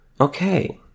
Okay